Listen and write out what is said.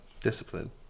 Discipline